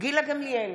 גילה גמליאל,